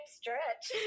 stretch